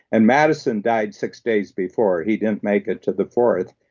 and madison died six days before. he didn't make it to the fourth.